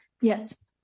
Yes